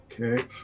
Okay